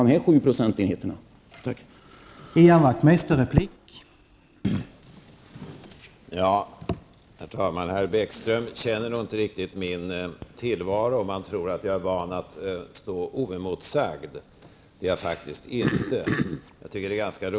Dessa 7 procentenheter är en tillräcklig påfrestning.